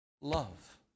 Love